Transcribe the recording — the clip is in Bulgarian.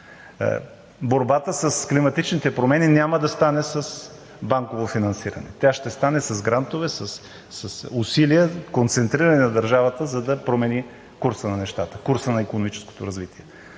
Борбата с климатичните промени няма да стане с банково финансиране. Тя ще стане с грантове, с усилия, концентриране на държавата, за да промени курса на нещата, курса на икономическото развитие.